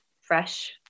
fresh